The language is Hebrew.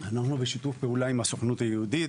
אנחנו בשיתוף פעולה עם הסוכנות היהודית